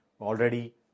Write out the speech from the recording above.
Already